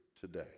today